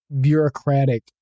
bureaucratic